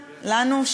לנו,